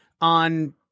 on